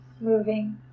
moving